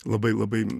labai labai